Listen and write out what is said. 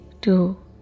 two